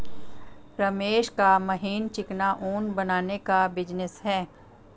रमेश का महीन चिकना ऊन बनाने का बिजनेस है